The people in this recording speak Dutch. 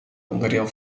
onderdeel